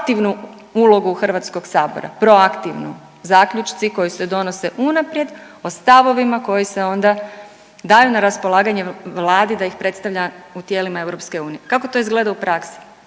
proaktivnu ulogu HS, proaktivnu, zaključci koji se donose unaprijed o stavovima koji se onda daju na raspolaganju vladi da ih predstavlja u tijelima EU. Kako to izgleda u praksi?